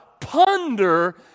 ponder